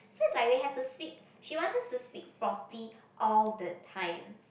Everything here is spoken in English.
so it's like we have to speak she wants us to speak properly all the time